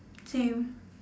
same